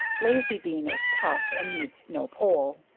lazy bean, is tough, and needs no pole.